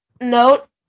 note